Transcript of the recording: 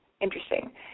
Interesting